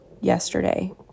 yesterday